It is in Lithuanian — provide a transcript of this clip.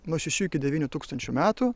nuo šešių iki devynių tūkstančių metų